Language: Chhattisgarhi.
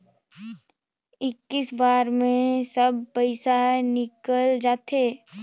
इक्की बार मे सब पइसा निकल जाते?